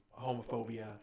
homophobia